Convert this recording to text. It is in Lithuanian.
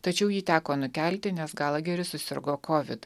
tačiau jį teko nukelti nes galageris susirgo kovid